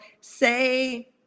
say